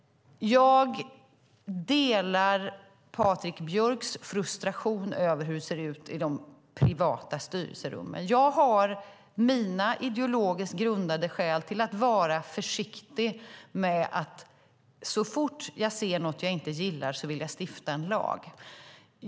Jag delar Patrik Björcks frustration över hur det ser ut i de privata styrelserummen, men jag har mina ideologiskt grundade skäl att vara försiktig med att vilja stifta en lag så fort jag ser något jag inte gillar.